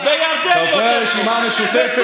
בירדן יותר טוב.